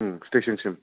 ओम स्तेसनसिम